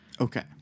Okay